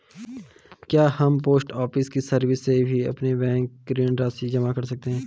क्या हम post office की सर्विस से भी बैंक में ऋण राशि जमा कर सकते हैं?